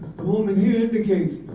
the woman here indicates,